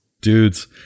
Dudes